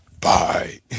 Bye